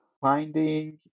finding